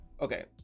okay